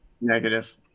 Negative